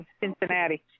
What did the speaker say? Cincinnati